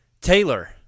Taylor